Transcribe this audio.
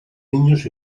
niños